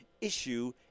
issue